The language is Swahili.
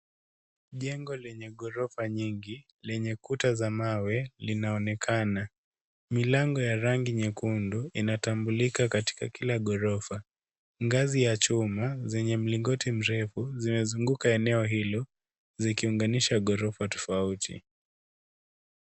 Jengo lenye ghorofa nyingi lenye kuta za mawe linaonekana. Milango ya rangi nyekundu inatambulika katika kila ghorofa. Ngazi ya chuma zenye mlingoti mrefu zimezunguka eneo hilo zikiunganisha ghorofa tofauti.